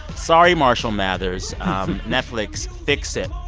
sorry, marshall mathers netflix, fix it.